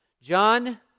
John